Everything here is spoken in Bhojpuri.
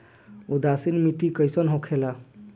उदासीन मिट्टी कईसन होखेला?